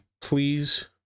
please